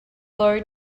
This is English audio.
low